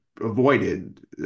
avoided